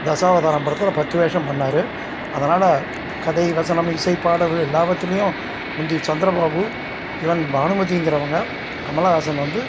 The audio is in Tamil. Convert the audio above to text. தசாவதாரம் படத்தில் பத்து வேஷம் பண்ணிணாரு அதனால் கதை வசனம் இசை பாடல்கள் எல்லாத்துலையும் முந்தி சந்திரபாபு ஈவன் பானுமதிங்கிறவங்க கமலஹாசன் வந்து